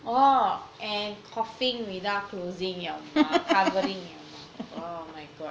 orh and coughing without closing your mouth covering your mouth orh my god